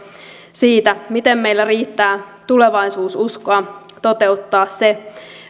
siitä miten meillä riittää tulevaisuususkoa toteuttaa se